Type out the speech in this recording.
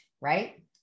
right